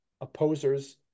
opposers